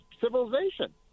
civilization